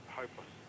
hopeless